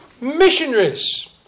missionaries